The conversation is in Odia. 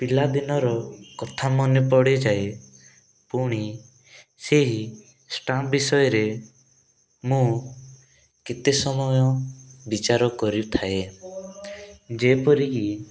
ପିଲାଦିନର କଥା ମନେ ପଡ଼ିଯାଏ ପୁଣି ସେହି ଷ୍ଟାମ୍ପ ବିଷୟରେ ମୁଁ କେତେ ସମୟ ବିଚାର କରିଥାଏ ଯେପରି କି